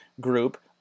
group